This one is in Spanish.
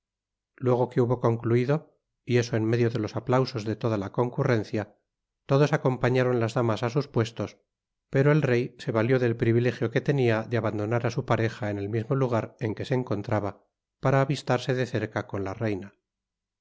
luego que hnbo concluido y eso en medio de los aplausos de toda la concurrencia todos acompañaron las damas á sus puestos pero el rey se valió del privilegio que tenia de abandonar á su pareja en el mismo lugar en que se encontraba para avistarse de cerca con la reina